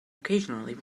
occasionally